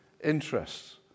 interests